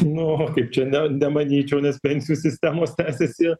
nu kaip čia ne nemanyčiau nes pensijų sistemos tęsiasi